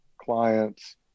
clients